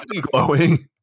glowing